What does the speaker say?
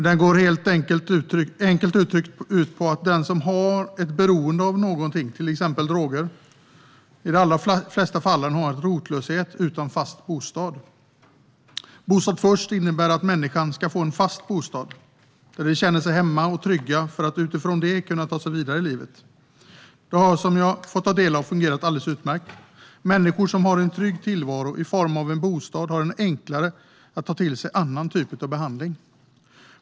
Det går enkelt uttryckt ut på att den som har ett beroende av någonting, till exempel droger, i de allra flesta fallen är rotlös utan fast bostad. Bostad först innebär att de här människorna ska få en fast bostad där de känner sig hemma och trygga för att utifrån det kunna ta sig vidare i livet. Det har, som jag har fått ta del av information om, fungerat alldeles utmärkt. Människor som har en trygg tillvaro i form av en bostad har enklare att ta till sig annan behandling.